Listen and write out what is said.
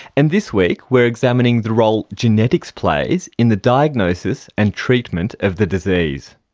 and this week we're examining the role genetics plays in the diagnosis and treatment of the disease.